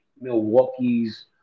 Milwaukee's –